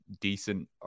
decent